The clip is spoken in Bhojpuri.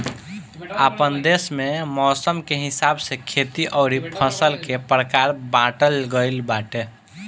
आपन देस में मौसम के हिसाब से खेती अउरी फसल के प्रकार बाँटल गइल बाटे